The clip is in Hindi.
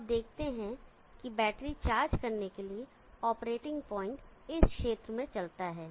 तो आप देखते हैं कि बैटरी चार्ज करने के लिए ऑपरेटिंग पॉइंट इस क्षेत्र में चलता है